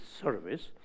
service